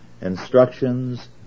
instructions